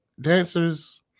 dancers